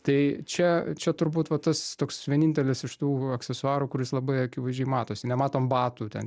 tai čia čia turbūt va tas toks vienintelis iš tų aksesuarų kuris labai akivaizdžiai matosi nematom batų ten